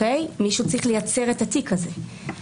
מישהו צריך לייצר את התיק הזה.